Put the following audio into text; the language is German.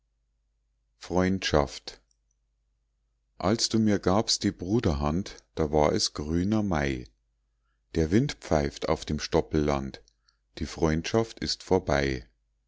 freundschaft als du mir gabst die bruderhand da war es grüner mai der wind pfeift auf dem stoppelland die freundschaft ist vorbei